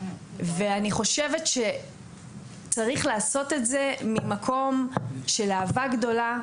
ואני חושבת שצריך לעשות את זה ממקום של אהבה גדולה,